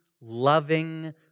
loving